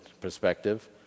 perspective